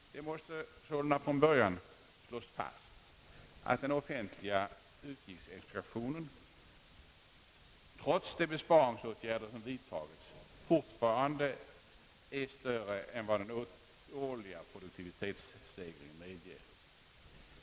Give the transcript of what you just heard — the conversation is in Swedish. Det måste sålunda från början slås fast att den offentliga utgiftsexpansionen, trots de besparingsåtgärder som >vidtagits, fortfarande är större än vad den årliga produktivitetsstegringen medger.